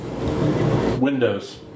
Windows